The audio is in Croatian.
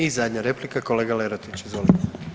I zadnja replika, kolega Lerotić, izvolite.